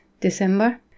December